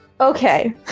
Okay